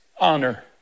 Honor